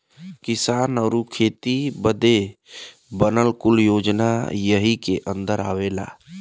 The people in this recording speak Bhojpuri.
किसान आउर खेती बदे बनल कुल योजना यही के अन्दर आवला